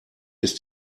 ist